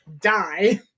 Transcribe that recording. die